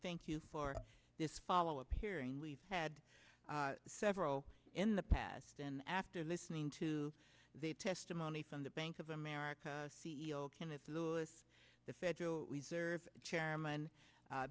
thank you for this follow appearing we've had several in the past and after listening to testimony from the bank of america c e o kenneth lewis the federal reserve chairman